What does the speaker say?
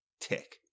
tick